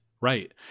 right